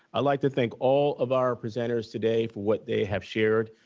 i'd like to thank all of our presenters today for what they have shared.